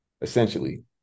essentially